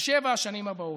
בשבע השנים הבאות.